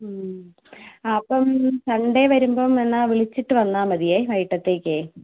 മ് ആ അപ്പം സൺഡേ വരുമ്പം എന്നാൽ വിളിച്ചിട്ട് വന്നാൽ മതിയേ വൈകിട്ടത്തേക്കേ